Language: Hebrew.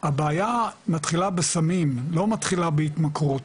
הבעיה מתחילה בסמים, לא מתחילה בהתמכרות,